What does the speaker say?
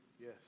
Yes